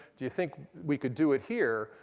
do you think we could do it here?